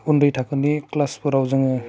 उन्दै थाखोनि क्लासफोराव जोङो